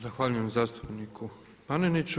Zahvaljujem zastupniku Paneniću.